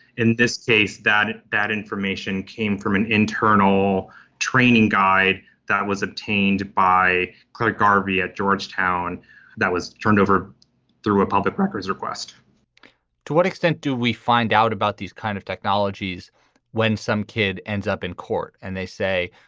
in this case, that that information came from an internal training guide that was obtained by credit garvey at georgetown that was turned over through a public records request to what extent do we find out about these kind of technologies when some kid ends up in court and they say,